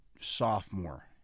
sophomore